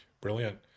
Brilliant